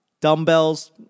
Dumbbells